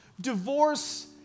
divorce